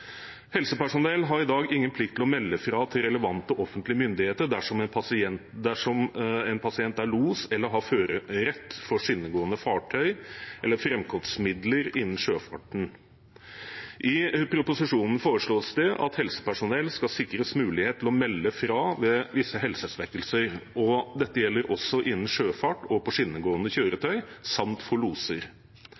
Helsepersonell har i dag ingen plikt til å melde fra til relevante offentlige myndigheter dersom en pasient er los eller har førerrett for skinnegående fartøy eller framkomstmidler innen sjøfarten. I proposisjonen foreslås det at helsepersonell skal sikres mulighet til å melde fra ved visse helsesvekkelser. Dette gjelder også innen sjøfart og for skinnegående